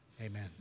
Amen